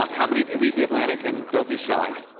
um how many of you read the atlantic? and don't be shy.